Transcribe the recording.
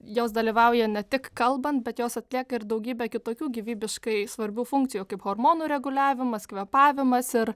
jos dalyvauja ne tik kalbant bet jos atlieka ir daugybę kitokių gyvybiškai svarbių funkcijų kaip hormonų reguliavimas kvėpavimas ir